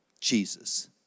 Jesus